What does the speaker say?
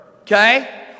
okay